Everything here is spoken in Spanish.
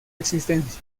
existencia